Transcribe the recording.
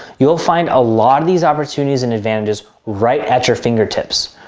you'll find a lot of these opportunities and advantages right at your fingertips.